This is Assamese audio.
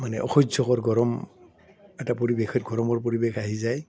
মানে অসহ্যকৰ গৰম এটা পৰিৱেশত গৰমৰ পৰিৱেশ আহি যায়